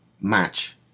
match